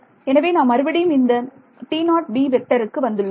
எனவே நாம் மறுபடியும் இந்த க்கு வந்துள்ளோம்